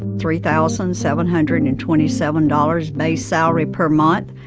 three thousand seven hundred and and twenty seven dollars base salary per month.